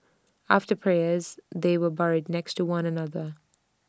after prayers they were buried next to one another